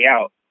out